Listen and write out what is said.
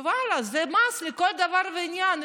ואללה, זה מס לכל דבר ועניין.